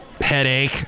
headache